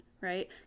right